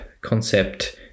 concept